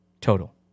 total